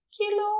Kilo